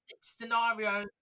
scenario